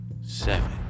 seven